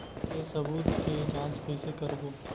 के सबूत के जांच कइसे करबो?